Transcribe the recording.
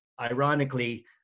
ironically